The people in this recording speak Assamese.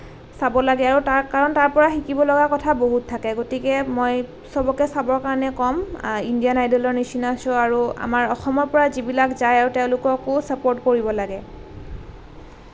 চাব লাগে আৰু তাৰ কাৰণ তাৰ পৰা শিকিব লগা কথা বহুত থাকে গতিকে মই সবকে চাবৰ কাৰণে ক'ম ইণ্ডিয়ান আইডলৰ নিচিনা শ্ব' আৰু আমাৰ অসমৰ পৰা যিবিলাক যায় আৰু তেওঁলোককো ছাপ'ৰ্ট কৰিব লাগে